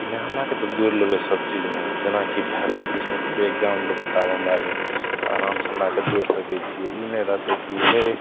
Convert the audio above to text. कि नहि हमरा आओरके तऽ दौड़ लेबै सबचीजमे जेना कि बिहारे पुलिसमे कहिओ एग्जाम देबै तऽ आब हमरा आओरके तऽ आरामसे हमराके दौड़ि सकै छिए ई नहि रहतै कि हइ